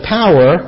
power